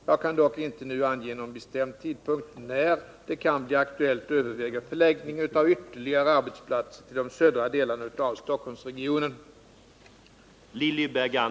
Jag kan dock inte nu ange någon bestämd tidpunkt när det kan bli aktuellt att överväga förläggning av ytterligare arbetsplatser till de södra delarna av Stockholmsregionen.